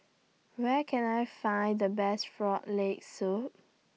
Where Can I Find The Best Frog Leg Soup